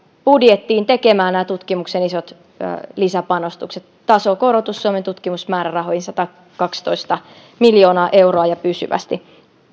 budjettiin tekemään esimerkiksi nämä tutkimuksen isot lisäpanostukset tasokorotus suomen tutkimusmäärärahoihin satakaksitoista miljoonaa euroa pysyvästi